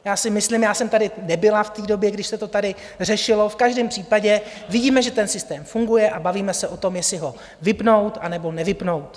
Já si myslím, já jsem tady nebyla v té době, když se to tady řešilo, v každém případě vidíme, že ten systém funguje, a bavíme se o tom, jestli ho vypnout, anebo nevypnout.